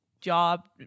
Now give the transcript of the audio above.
job